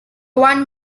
one